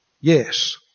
Yes